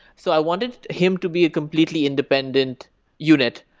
so i wanted him to be a completely independent unit,